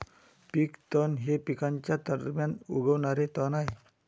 पीक तण हे पिकांच्या दरम्यान उगवणारे तण आहे